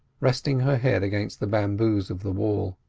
resting her head against the bamboos of the wall.